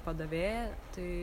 padavėja tai